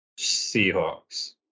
Seahawks